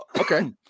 okay